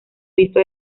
visto